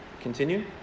Continue